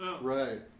right